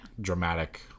Dramatic